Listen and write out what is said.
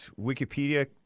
Wikipedia